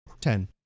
Ten